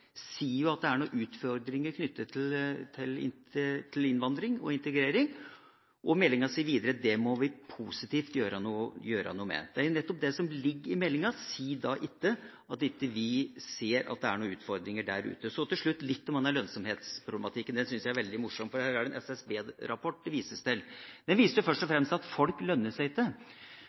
sier jo at det er noen utfordringer knyttet til innvandring og integrering. Meldinga sier videre at det må vi gjøre noe med. Det er nettopp det som ligger i meldinga. En kan da ikke si at vi ikke ser at det er utfordringer der ute. Så litt til lønnsomhetsproblematikken. Jeg syns det er veldig morsomt at det vises til en SSB-rapport. Den viste jo først og fremst at folk ikke lønner seg.